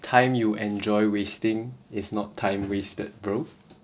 time you enjoy wasting is not time wasted bro